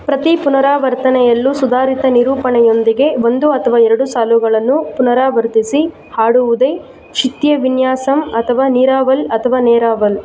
ಪ್ರತಿ ಪುನರಾವರ್ತನೆಯಲ್ಲೂ ಸುಧಾರಿತ ನಿರೂಪಣೆಯೊಂದಿಗೆ ಒಂದು ಅಥವಾ ಎರಡು ಸಾಲುಗಳನ್ನು ಪುನರಾವರ್ತಿಸಿ ಹಾಡುವುದೇ ಶಿತ್ಯ ವಿನ್ಯಾಸಮ್ ಅಥವಾ ನಿರಾವಲ್ ಅಥವಾ ನೇರಾವಲ್